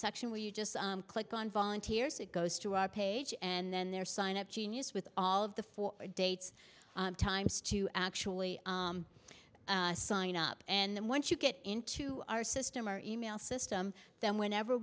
section where you just click on volunteers it goes to our page and then there sign up genius with all of the four dates times to actually sign up and then once you get into our system our e mail system then whenever